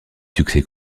succès